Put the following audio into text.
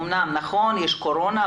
נכון שיש קורונה,